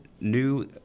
new